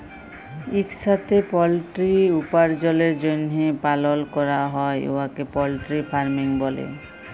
ইকসাথে পলটিরি উপার্জলের জ্যনহে পালল ক্যরা হ্যয় উয়াকে পলটিরি ফার্মিং ব্যলে